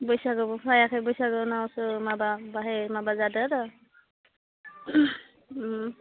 बैसागोबो फायाखै बैसागो उनावसो माबा बाहाय माबाजादो आरो